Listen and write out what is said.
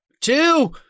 two